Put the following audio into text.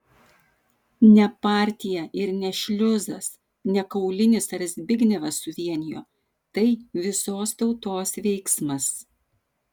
ne partija ir ne šliuzas ne kaulinis ar zbignevas suvienijo tai visos tautos veiksmas